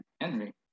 Henry